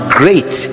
great